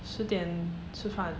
十点吃饭